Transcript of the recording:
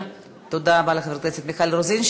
תודה רבה לחברת הכנסת מיכל רוזין.